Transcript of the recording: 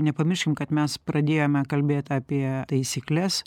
nepamirškim kad mes pradėjome kalbėt apie taisykles